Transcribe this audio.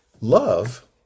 love